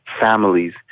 families